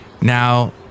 Now